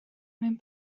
mewn